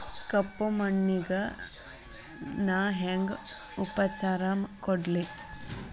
ಕಪ್ಪ ಮಣ್ಣಿಗ ನಾ ಹೆಂಗ್ ಉಪಚಾರ ಕೊಡ್ಲಿ?